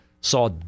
saw